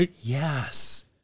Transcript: Yes